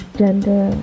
gender